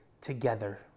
together